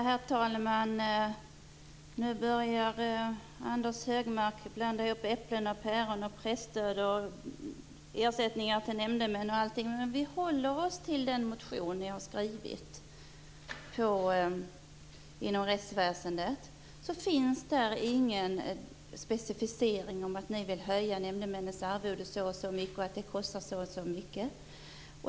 Herr talman! Nu börjar Anders Högmark blanda ihop äpplen och päron, presstöd och ersättningar för nämndemän osv. Vi håller oss till den motion ni har väckt om rättsväsendet. Där finns ingen specificering av att ni vill höja nämndemännens arvoden så och så mycket och att det kostar så och så mycket.